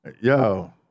Yo